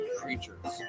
creatures